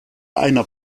einer